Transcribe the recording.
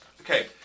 Okay